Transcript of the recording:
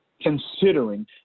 considering